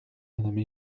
madame